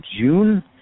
June